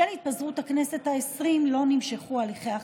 בשל התפזרות הכנסת העשרים, לא נמשכו הליכי החקיקה.